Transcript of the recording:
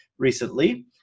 recently